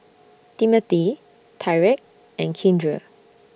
Timothy Tyrek and Keandre